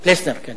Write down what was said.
פלֶסנר, כן.